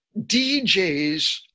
DJs